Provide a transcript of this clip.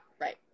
Right